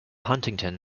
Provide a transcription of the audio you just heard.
huntington